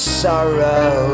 sorrow